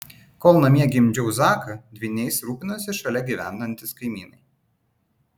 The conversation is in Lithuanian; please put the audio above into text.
kol namie gimdžiau zaką dvyniais rūpinosi šalia gyvenantys kaimynai